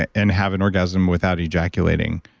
and and have an orgasm without ejaculating?